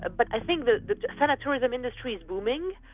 ah but i think that the thanatourism industry is booming,